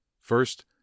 first